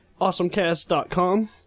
AwesomeCast.com